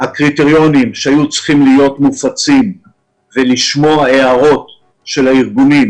הקריטריונים שהיו צריכים להיות מופצים ולשמוע הערות של הארגונים